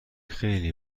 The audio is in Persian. خیلی